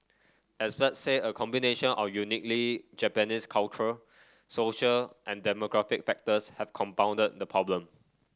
experts say a combination of uniquely Japanese cultural social and demographic factors have compounded the problem